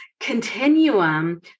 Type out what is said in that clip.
continuum